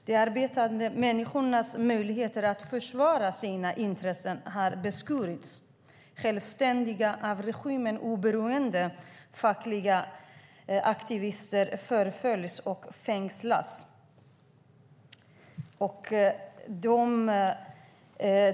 De arbetande människornas möjligheter att försvara sina intressen har beskurits. Självständiga, av regimen oberoende, fackliga aktivister förföljs och fängslas.